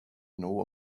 know